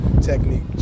technique